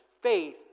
faith